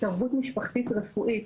התערבות משפחתית רפואית.